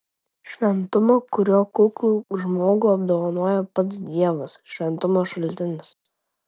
šventumo kuriuo kuklų žmogų apdovanoja pats dievas šventumo šaltinis